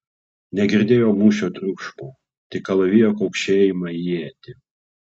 negirdėjo mūšio triukšmo tik kalavijo kaukšėjimą į ietį